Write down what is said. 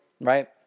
right